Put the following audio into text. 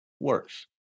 works